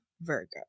Virgo